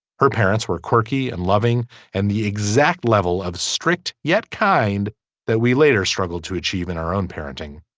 her parents were quirky and loving and the exact level of strict yet kind that we later struggled to achieve in our own parenting